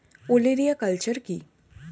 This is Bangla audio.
ওলেরিয়া কালচার কি?